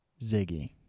Ziggy